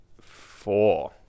four